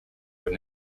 were